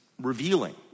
revealing